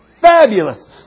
fabulous